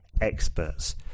experts